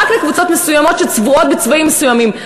רק לקבוצות מסוימות שצבועות בצבעים מסוימים.